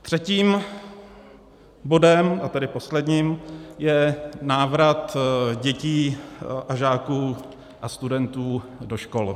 Třetím bodem, a tedy posledním, je návrat dětí a žáků a studentů do škol.